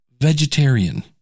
vegetarian